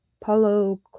Paulo